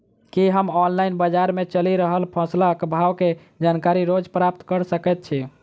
की हम ऑनलाइन, बजार मे चलि रहल फसलक भाव केँ जानकारी रोज प्राप्त कऽ सकैत छी?